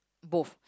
both